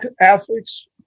athletes